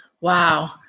Wow